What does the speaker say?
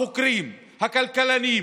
החוקרים, הכלכלנים,